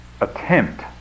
attempt